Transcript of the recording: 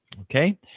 Okay